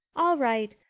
all right.